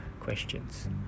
questions